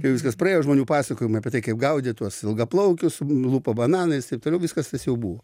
jau viskas praėjo žmonių pasakojimai apie tai kaip gaudė tuos ilgaplaukius lupo bananais taip toliau viskas tas jau buvo